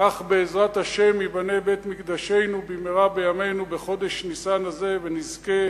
כך בעזרת השם ייבנה בית-מקדשנו במהרה בימינו בחודש ניסן הזה ונזכה